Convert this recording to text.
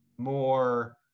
more